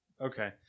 okay